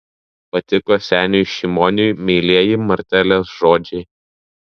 patiko seniui šimoniui meilieji martelės žodžiai